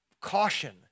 Caution